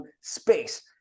space